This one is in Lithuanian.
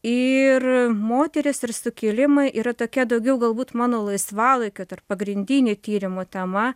ir moterys ir sukilimai yra tokia daugiau galbūt mano laisvalaikio tarp pagrindinių tyrimų tema